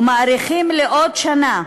ומאריכים לעוד שנה,